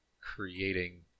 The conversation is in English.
creating